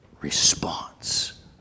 response